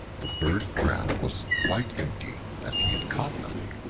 the bird-trap was quite empty, as he had caught nothing,